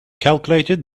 calculated